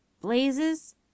blazes